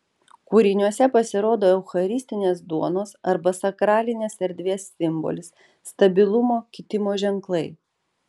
kūriniuose pasirodo eucharistinės duonos arba sakralinės erdvės simbolis stabilumo kitimo ženklai